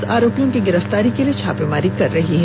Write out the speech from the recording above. police आरोपियों की गिरफ्तारी के लिए छापेमारी कर रही है